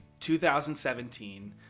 2017